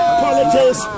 politics